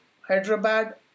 Hyderabad